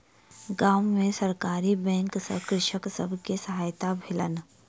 गाम में सरकारी बैंक सॅ कृषक सब के सहायता भेलैन